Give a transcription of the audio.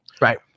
Right